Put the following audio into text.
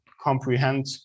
comprehend